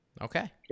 Okay